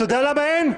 אתה יודע למה אין?